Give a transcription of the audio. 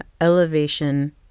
elevation